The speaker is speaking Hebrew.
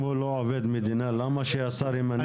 אם הוא לא עובד מדינה, למה שהשר ימנה אותו?